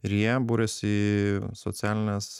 ir jie buriasi į socialines